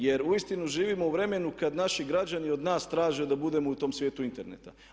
Jer uistinu živimo u vremenu kad naši građani od nas traže da budemo u tom svijetu interneta.